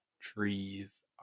trees